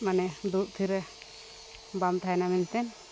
ᱢᱟᱱᱮ ᱫᱩᱲᱩᱵ ᱛᱷᱤᱨᱨᱮ ᱵᱟᱢ ᱛᱟᱦᱮᱱᱟ ᱢᱮᱱᱛᱮ